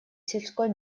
сельской